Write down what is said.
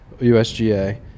USGA